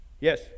Yes